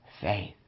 faith